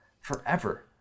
Forever